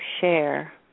share